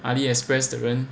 Aliexpress 的人